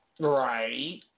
Right